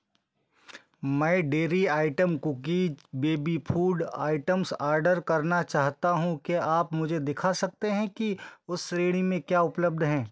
मैं dairy item cookies baby food items order करना चाहता हूँ क्या आप मुझे दिखा सकते हैं कि उस श्रेणी में क्या उपलब्ध है